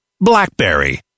BlackBerry